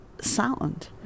sound